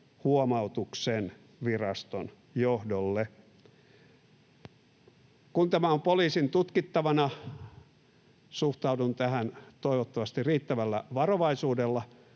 huomautuksen viraston johdolle. Kun tämä on poliisin tutkittavana, suhtaudun tähän toivottavasti riittävällä varovaisuudella,